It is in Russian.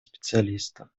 специалистов